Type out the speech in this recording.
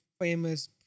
famous